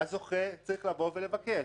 -- שהוא לא שילם, הזוכה צריך לבוא ולבקש.